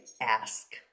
Ask